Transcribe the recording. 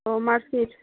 O March six